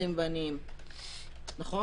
עשירים ועניים, נכון?